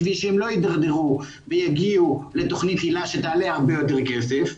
בשביל שהם לא ידרדרו ויגיעו לתוכנית היל"ה שתעלה הרבה יותר כסף,